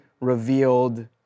revealed